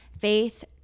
Faith